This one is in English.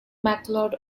macleod